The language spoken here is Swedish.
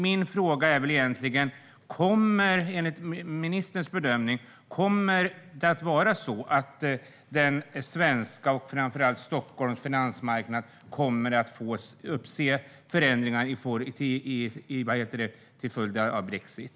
Min fråga är: Kommer enligt ministerns bedömning den svenska finansmarknaden och framför allt Stockholms finansmarknad att se förändringar till följd av brexit?